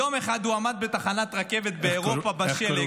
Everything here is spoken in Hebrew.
יום אחד הוא עמד בתחנת רכבת באירופה, בשלג"